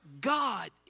God